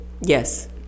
yes